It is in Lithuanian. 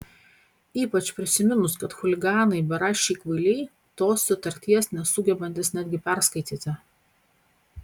ypač prisiminus kad chuliganai beraščiai kvailiai tos sutarties nesugebantys netgi perskaityti